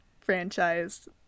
franchise